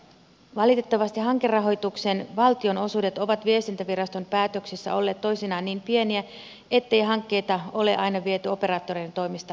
valitettavasti hankerahoituksen valtionosuudet ovat viestintäviraston päätöksissä olleet toisinaan niin pieniä ettei hankkeita ole aina viety operaattorien toimesta eteenpäin